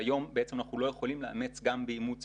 שהיום אנחנו לא יכולים לאמץ גם באימוץ